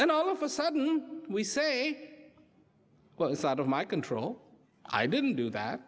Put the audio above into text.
and all of a sudden we say well it's out of my control i didn't do that